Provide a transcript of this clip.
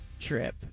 trip